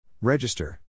Register